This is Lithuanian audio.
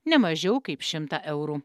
ne mažiau kaip šimtą eurų